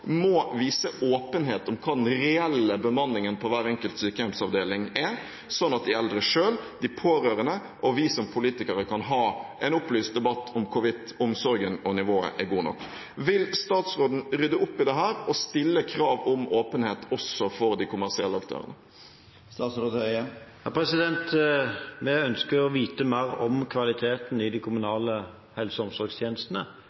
må vise åpenhet om hva den reelle bemanningen på hver enkelt sykehjemsavdeling er, sånn at de eldre selv, de pårørende og vi som politikere kan ha en opplyst debatt om hvorvidt omsorgen og nivået er godt nok. Vil statsråden rydde opp i dette og stille krav om åpenhet også for de kommersielle aktørene? Vi ønsker å vite mer om kvaliteten i de kommunale helse- og omsorgstjenestene.